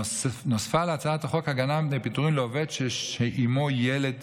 נוספה להצעת החוק הגנה מפני פיטורים לעובד שעימו ילד